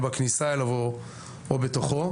בכניסה אליו או בתוכו.